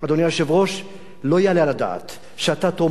לא יעלה על הדעת שאתה תאמר אפילו בצרפת